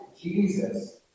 Jesus